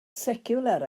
seciwlar